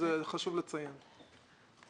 חשוב לציין את זה.